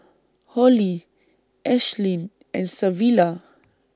Hollie Ashlyn and Savilla